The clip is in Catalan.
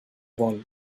vol